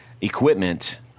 equipment